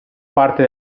parte